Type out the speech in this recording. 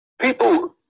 People